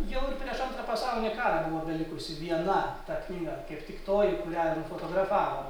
jau ir prieš antrą pasaulinį karą buvo belikusi viena ta knyga kaip tik toji kurią nufotografavo